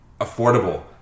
affordable